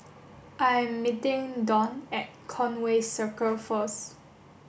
I am meeting Donn at Conway Circle first